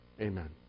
Amen